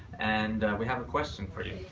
and we have question for you.